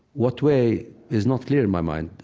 what way is not clear in my mind.